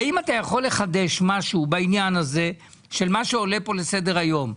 האם אתה יכול לחדש משהו בעניין הזה של מה שעולה פה לסדר היום?